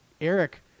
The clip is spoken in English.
Eric